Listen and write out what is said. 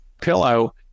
pillow